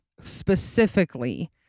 specifically